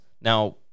Now